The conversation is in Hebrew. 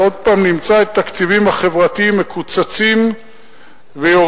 ועוד פעם נמצא את התקציבים החברתיים מקוצצים ויורדים.